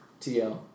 TL